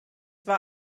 war